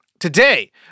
Today